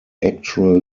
actual